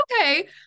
okay